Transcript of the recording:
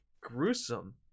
gruesome